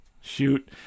Shoot